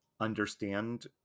Understand